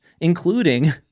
including